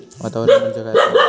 वातावरण म्हणजे काय असा?